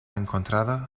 encontrada